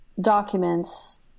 documents